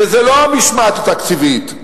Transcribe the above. וזה לא המשמעת התקציבית,